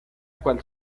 cual